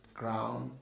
ground